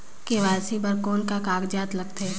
KYC बर कौन का कागजात लगथे?